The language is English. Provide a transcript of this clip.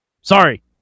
Sorry